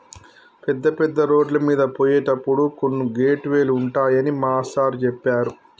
పెద్ద పెద్ద రోడ్లమీద పోయేటప్పుడు కొన్ని గేట్ వే లు ఉంటాయని మాస్టారు చెప్పారు